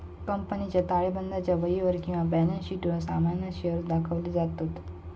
कंपनीच्या ताळेबंदाच्या वहीवर किंवा बॅलन्स शीटवर सामान्य शेअर्स दाखवले जातत